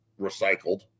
recycled